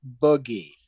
boogie